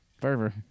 Fervor